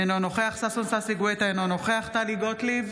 אינו נוכח ששון ששי גואטה, אינו נוכח טלי גוטליב,